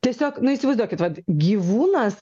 tiesiog nu įsivaizduokit vat gyvūnas